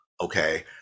okay